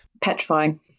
petrifying